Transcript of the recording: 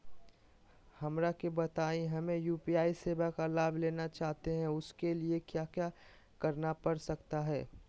हमरा के बताइए हमें यू.पी.आई सेवा का लाभ लेना चाहते हैं उसके लिए क्या क्या करना पड़ सकता है?